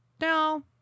no